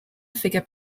figure